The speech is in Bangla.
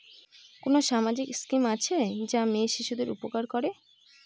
কোন সামাজিক স্কিম আছে যা মেয়ে শিশুদের উপকার করে?